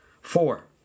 Four